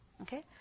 Okay